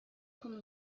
cum